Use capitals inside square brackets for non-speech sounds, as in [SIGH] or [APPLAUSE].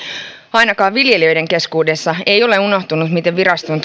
ainakaan viljelijöiden keskuudessa ei ole unohtunut miten viraston [UNINTELLIGIBLE]